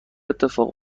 اتفاق